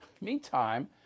Meantime